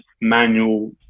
manual